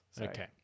Okay